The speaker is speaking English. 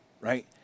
right